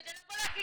כדי לבוא ולהגיד,